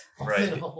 Right